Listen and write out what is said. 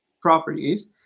properties